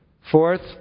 Fourth